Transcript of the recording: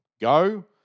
go